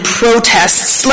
protests